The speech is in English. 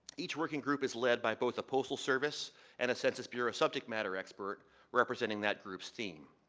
each working group is led by both a postal service and a census bureau subject matter expert representing that group's theme.